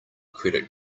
credit